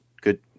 Good